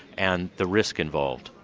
and the risk involved.